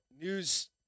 news